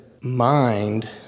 mind